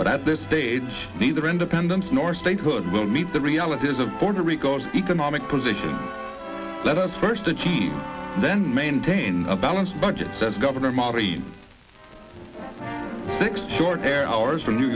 but at this stage neither independence nor statehood will meet the realities of puerto rico's economic position let us first achieve then maintain a balanced budget says governor marty six short hair hours from new